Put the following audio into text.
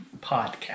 podcast